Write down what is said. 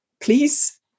please